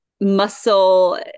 muscle